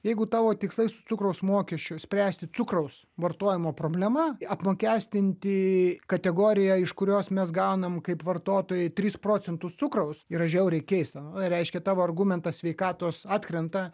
jeigu tavo tikslai su cukraus mokesčiu spręsti cukraus vartojimo problemą apmokestinti kategoriją iš kurios mes gaunam kaip vartotojai tris procentus cukraus yra žiauriai keista reiškia tavo argumentas sveikatos atkrenta